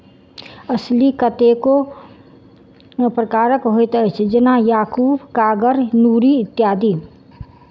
असील कतेको प्रकारक होइत अछि, जेना याकूब, कागर, नूरी इत्यादि